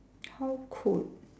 how could